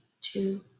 two